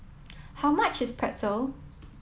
how much is Pretzel